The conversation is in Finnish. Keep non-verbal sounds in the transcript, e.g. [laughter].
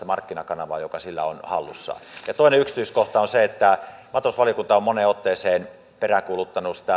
[unintelligible] markkinakanavaa joka sillä on hallussa toinen yksityiskohta on se että maatalousvaliokunta on moneen otteeseen peräänkuuluttanut